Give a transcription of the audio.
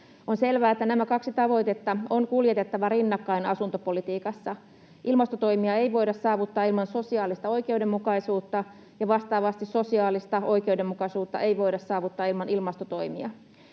On selvää, että näitä kahta tavoitetta on kuljetettava rinnakkain asuntopolitiikassa. Ilmastotoimia ei voida saavuttaa ilman sosiaalista oikeudenmukaisuutta, ja vastaavasti sosiaalista oikeudenmukaisuutta ei voida saavuttaa ilman ilmastotoimia.